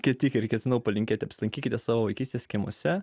kaip tik ir ketinau palinkėti apsilankykite savo vaikystės kiemuose